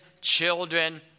children